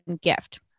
gift